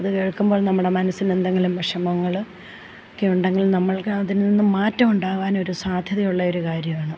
അത് കേൾക്കുമ്പോൾ നമ്മുടെ മനസ്സിന് എന്തെങ്കിലും വിഷമങ്ങൾ ഒക്കെയുണ്ടെങ്കിൽ നമ്മൾക്ക് അതിൽ നിന്നും മാറ്റം ഉണ്ടാവാൻ ഒരു സാധ്യതയുള്ള ഒരു കാര്യമാണ്